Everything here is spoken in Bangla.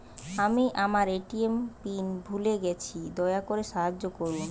আমি আমার এ.টি.এম পিন ভুলে গেছি, দয়া করে সাহায্য করুন